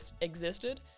existed